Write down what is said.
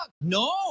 No